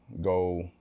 go